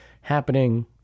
happening